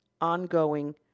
ongoing